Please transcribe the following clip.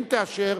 אם תאשר,